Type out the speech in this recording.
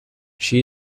she